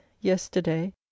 yesterday